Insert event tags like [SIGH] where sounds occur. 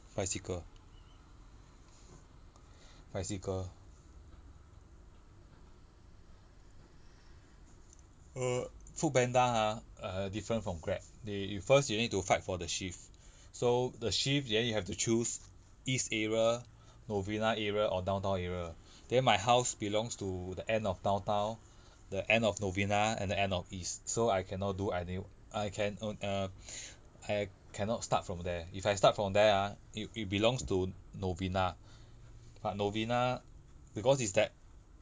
bicycle bicycle err foodpanda ha err different from grab they first you need to fight for the shift so the shift then you have to choose east area novena area or downtown area then my house belongs to the end of downtown the end of novena and the end of east so I cannot do any I can on~ err [BREATH] I cannot start from there if I start from there ah it it belongs to novena but novena because it's that